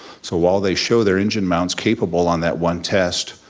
so while they show their engine mounts capable on that one test,